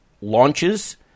launches